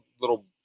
little